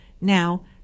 Now